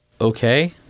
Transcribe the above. Okay